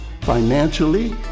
financially